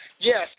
yes